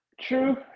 True